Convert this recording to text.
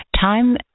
Time